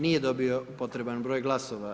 Nije dobio potreban broj glasova.